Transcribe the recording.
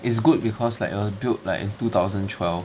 it's good because like uh built like in two thousand twelve